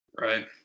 Right